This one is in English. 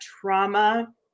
trauma